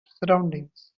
surroundings